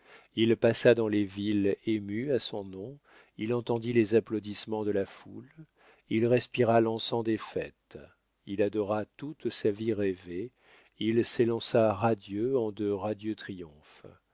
il passa dans les villes émues à son nom il entendit les applaudissements de la foule il respira l'encens des fêtes il adora toute sa vie rêvée il s'élança radieux en de radieux triomphes